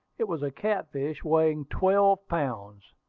it was a catfish weighing twelve pounds.